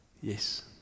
Yes